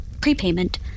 prepayment